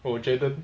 我觉得